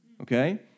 okay